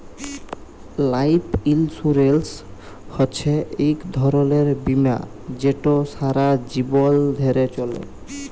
life insurance হছে ইক ধরলের বীমা যেট সারা জীবল ধ্যরে চলে